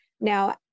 Now